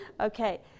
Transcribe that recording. Okay